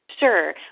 Sure